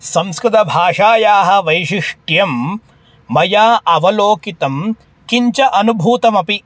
संस्कृतभाषायाः वैशिष्ट्यं मया अवलोकितं किञ्च अनुभूतमपि